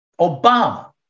Obama